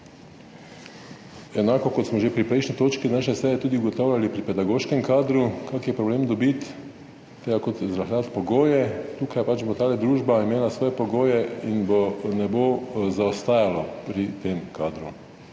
Enako kot smo že pri prejšnji točki naše seje tudi ugotavljali pri pedagoškem kadru, kako je problem dobiti tega, kot zrahljati pogoje, tukaj pač bo ta družba imela svoje pogoje in bo, ne bo zaostajalo pri tem kadru.